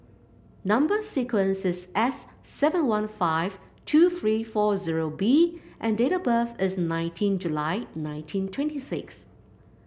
number sequence is S seven one five two three four zero B and date of birth is nineteen July nineteen twenty six